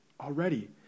already